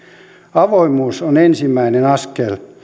avoimuus on ensimmäinen askel